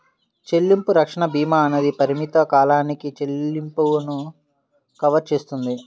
చెల్లింపు రక్షణ భీమా అనేది పరిమిత కాలానికి చెల్లింపులను కవర్ చేస్తుంది